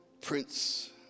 Prince